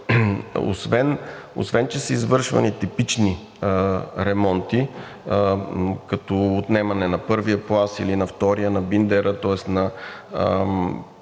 освен че са извършвани типични ремонти – като отнемане на първия пласт, или на втория, на биндера, тоест